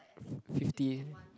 fifty